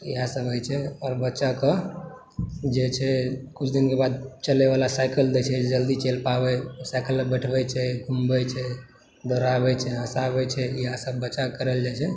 इएहसभ होइ छै आओर बच्चाकऽ जे छै किछु दिनके बाद चलयवाला साइकिल दय छै जे जल्दी चलि पाबय साइकिलमे बैठबय छै घुमबय छै दौड़ाबय छै हँसाबय छै इएहसभ बच्चाकऽ करल जाइत छै